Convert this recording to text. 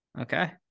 Okay